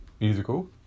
musical